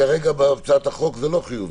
כרגע בהצעת החוק זה לא חיובי.